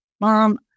Mom